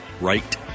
right